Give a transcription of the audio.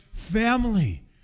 family